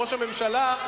שראש הממשלה,